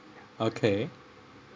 okay